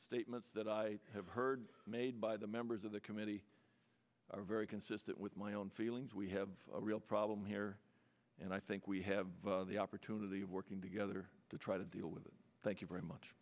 statements that i have heard made by the members of the committee are very consistent with my own feelings we have a real problem here and i think we have the opportunity of working together to try to deal with it thank you very much